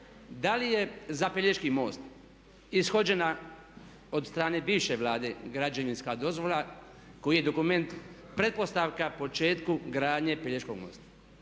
da li je za Pelješki most ishođena od strane bivše Vlade građevinska dozvolu koji je dokument pretpostavka početku gradnje Pelješkog mosta?